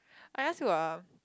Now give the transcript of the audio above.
I ask you ah